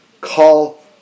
call